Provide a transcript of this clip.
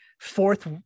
fourth